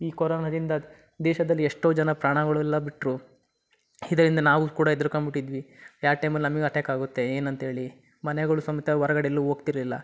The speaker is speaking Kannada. ಈ ಕೊರೋನಾದಿಂದ ದೇಶದಲ್ಲಿ ಎಷ್ಟೋ ಜನ ಪ್ರಾಣಗಳೆಲ್ಲ ಬಿಟ್ಟರು ಇದರಿಂದ ನಾವೂ ಕೂಡ ಹೆದ್ರಿಕಂಬಿಟಿದ್ವಿ ಯಾವ ಟೈಮಲ್ಲಿ ನಮಗೆ ಅಟ್ಯಾಕ್ ಆಗುತ್ತೆ ಏನಂತೇಳಿ ಮನೆಗಳು ಸಮೇತ ಹೊರ್ಗಡ್ ಎಲ್ಲೂ ಹೋಗ್ತಿರ್ಲಿಲ್ಲ